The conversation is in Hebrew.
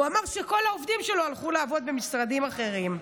הוא אמר שכל העובדים שלו הלכו לעבוד במשרדים אחרים.